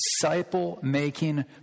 disciple-making